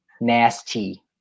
Nasty